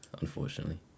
unfortunately